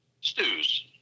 stews